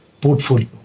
portfolio